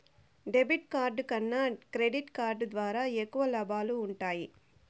debit card కన్నా credit card ద్వారా ఎక్కువ లాబాలు వుంటయ్యి